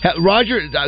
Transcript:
Roger